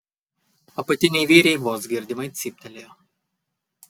apatiniai vyriai vos girdimai cyptelėjo